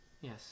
Yes